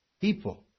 people